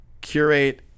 curate